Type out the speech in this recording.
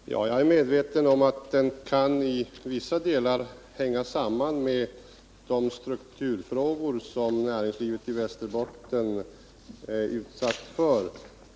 Herr talman! Jag är medveten om att den i vissa delar kan hänga samman med de strukturförändringar som näringslivet i Västerbotten är utsatt för.